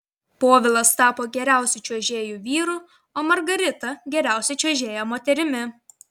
povilas tapo geriausiu čiuožėju vyru o margarita geriausia čiuožėja moterimi